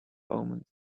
omens